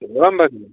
एवं भगिनी